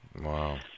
Wow